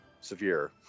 severe